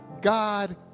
God